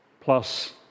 Plus